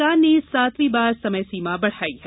सरकार ने सातवीं बार समय सीमा बढ़ाई है